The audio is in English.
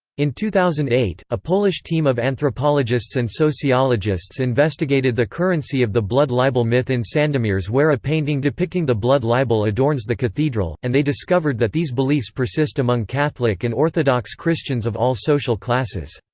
in two thousand and eight, a polish team of anthropologists and sociologists investigated the currency of the blood libel myth in sandomierz where a painting depicting the blood libel adorns the cathedral, and they discovered that these beliefs persist among catholic and orthodox christians of all social classes.